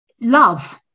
love